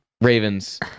ravens